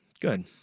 Good